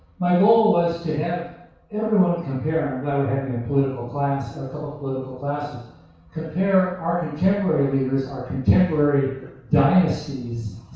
my goal was to have everyone compare i'm glad we're having a political class, and a couple political classes compare our contemporary leaders, our contemporary dynasties,